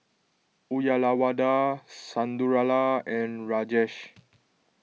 Uyyalawada Sundaraiah and Rajesh